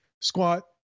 squat